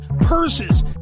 purses